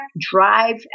drive